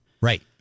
Right